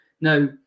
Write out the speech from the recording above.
Now